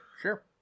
sure